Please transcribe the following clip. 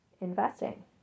investing